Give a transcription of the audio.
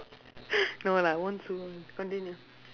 no lah won't sue [one] continue